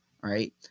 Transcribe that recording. right